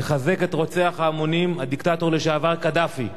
לחזק את רוצח ההמונים הדיקטטור לשעבר קדאפי.